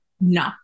No